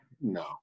no